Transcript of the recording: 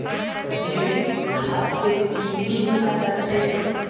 जैविक खाद से की की फायदा छे?